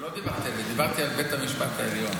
לא דיברתי על זה, דיברתי על בית המשפט העליון.